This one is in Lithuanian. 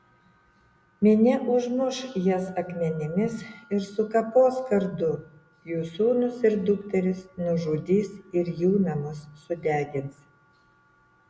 minia užmuš jas akmenimis ir sukapos kardu jų sūnus ir dukteris nužudys ir jų namus sudegins